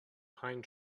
pine